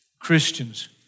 Christians